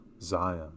Zion